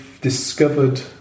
discovered